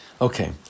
Okay